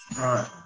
right